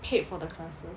paid for the classes